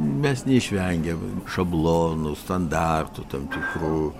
mes neišvengiam šablonų standartų tam tikrų